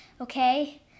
okay